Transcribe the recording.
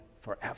forever